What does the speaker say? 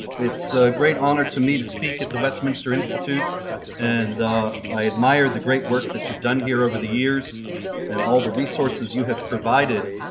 it's a great honor to me to speak with the westminster institute and i admired the great work that you've done here over the years and all the resources you have provided.